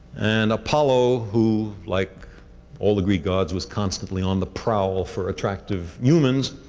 and apollo who, like all the greek gods, was constantly on the prowl for attractive humans,